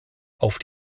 auf